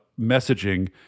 messaging